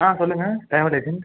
ஆ சொல்லுங்கள் travel agent